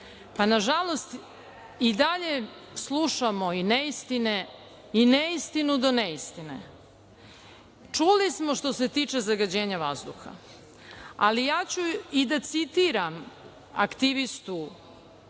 pa na žalost i dalje slušamo i neistine i neistinu do neistine. Čuli smo što se tiče zagađenja vazduha, ali ja ću i da citiram aktivistu